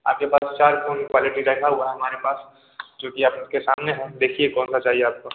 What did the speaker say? आपके पास चार फोन पड़े बैठ हुए हैं हमारे पास जो कि आपके सामने हैं देखिए कौन सा चाहिए आपको